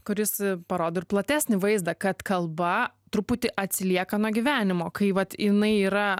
kuris parodo ir platesnį vaizdą kad kalba truputį atsilieka nuo gyvenimo kai vat jinai yra